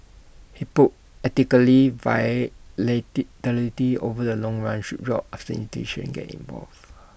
hypothetically over the long run should drop after institutions get involved